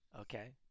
Okay